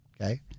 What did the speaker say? Okay